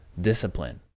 discipline